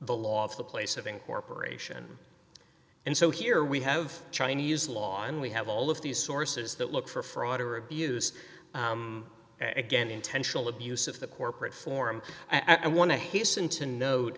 the law if the place of incorporation and so here we have chinese law and we have all of these sources that look for fraud or abuse and again intentional abuse of the corporate form i want to hasten to note